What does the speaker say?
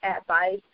advice